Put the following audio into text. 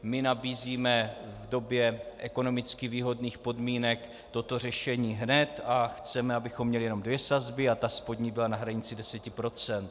My nabízíme v době ekonomicky výhodných podmínek toto řešení hned a chceme, abychom měli jen dvě sazby a ta spodní byla na hranici 10 %.